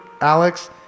Alex